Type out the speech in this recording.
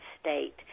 state